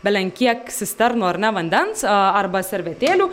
belenkiek cisternų ar ne vandens aa arba servetėlių